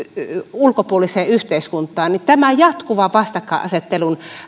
ulkopuoliseen yhteiskuntaan tällä jatkuvalla vastakkainasettelun